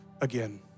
again